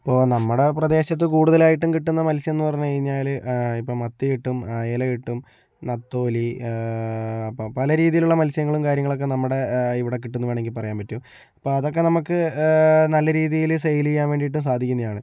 ഇപ്പോൾ നമ്മൂടെ പ്രദേശത്ത് കൂടുതലായിട്ടും കിട്ടുന്ന മത്സ്യമെന്ന് പറഞ്ഞ് കഴിഞ്ഞാൽ ഇപ്പോൾ മത്തി കിട്ടും അയല കിട്ടും നത്തോലി അപ്പോൾ പല രീതിയിലുള്ള മത്സ്യങ്ങളും കാര്യങ്ങളുമൊക്കെ നമ്മുടെ ഇവിടെ കിട്ടുമെന്ന് വേണമെങ്കിൽ പറയാൻ പറ്റും അപ്പോൾ അതൊക്കെ നമുക്ക് നല്ല രീതിയിൽ സെയില് ചെയ്യാൻ വേണ്ടിയിട്ട് സാധിക്കുന്നതാണ്